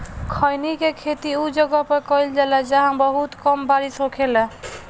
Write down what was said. खईनी के खेती उ जगह पर कईल जाला जाहां बहुत कम बारिश होखेला